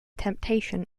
temptation